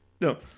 No